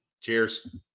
Cheers